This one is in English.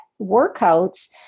workouts